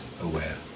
aware